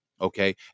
Okay